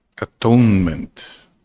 atonement